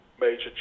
major